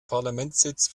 parlamentssitz